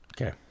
Okay